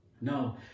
No